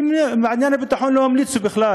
ובעניין הביטחון לא המליצו בכלל